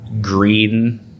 green